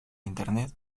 internet